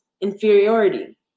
inferiority